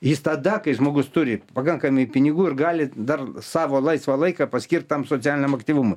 jis tada kai žmogus turi pakankamai pinigų ir gali dar savo laisvą laiką paskirt tam socialiniam aktyvumui